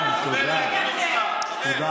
דבר אליהם, דבר אל גדעון סער, דבר, דבר.